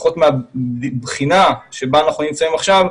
לפחות מהבחינה שבה אנחנו נמצאים עכשיו,